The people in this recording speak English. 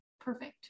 perfect